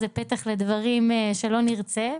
זה פתח לדברים שלא נרצה,